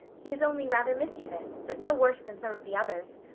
he is only rather mischievous, but no worse than some of the others.